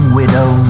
widow